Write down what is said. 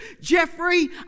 Jeffrey